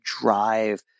drive